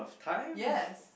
yes